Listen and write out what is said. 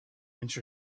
inch